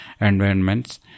environments